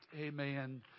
Amen